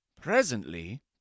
Presently